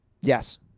Yes